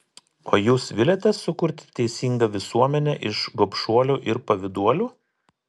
o jūs viliatės sukurti teisingą visuomenę iš gobšuolių ir pavyduolių